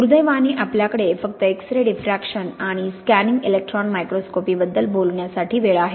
दुर्दैवाने आपल्याकडे फक्त एक्स रे डिफ्रॅक्शन आणि स्कॅनिंग इलेक्ट्रॉन मायक्रोस्कोपीबद्दल बोलण्यासाठी वेळ आहे